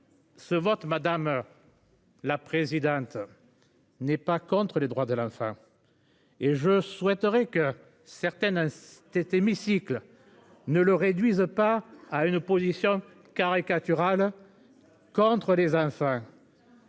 Ce vote madame. La présidente. N'est pas contre les droits de l'enfant. Et je souhaiterais que certaines. Têtes hémicycle ne le réduise pas à une position caricaturale. Contre des enfants.